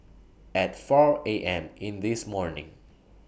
At four A M in This morning